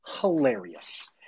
hilarious